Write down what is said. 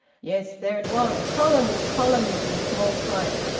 yes, there it was columns, columns, in small type!